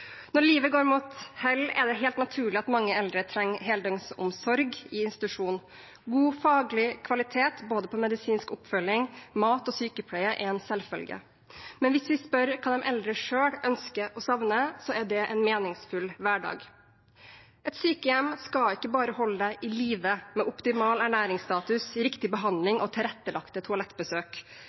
Når livet er på hell, er det helt naturlig at mange eldre trenger heldøgnsomsorg i institusjon. God faglig kvalitet både på medisinsk oppfølging, mat og sykepleie er en selvfølge. Men hvis vi spør hva de eldre selv ønsker og savner, er svaret en meningsfull hverdag. Et sykehjem skal ikke bare holde en i live med optimal ernæringsstatus, riktig behandling og tilrettelagte toalettbesøk.